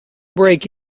break